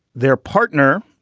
their partner,